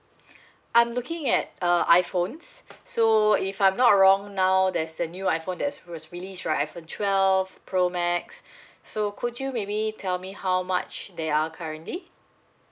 I'm looking at err iphones so if I'm not wrong now there's a new iphone there's was really like iphone twelve pro max so could you maybe tell me how much they are currently